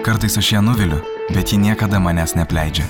kartais aš ją nuviliu bet ji niekada manęs neapleidžia